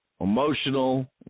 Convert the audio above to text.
emotional